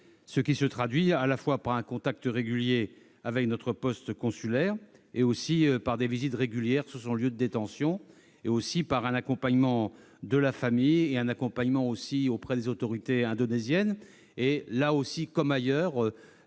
ce qui se traduit par un contact régulier avec notre poste consulaire, des visites régulières sur son lieu de détention, un accompagnement de sa famille et un accompagnement auprès des autorités indonésiennes. Là comme ailleurs,